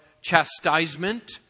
chastisement